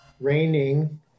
raining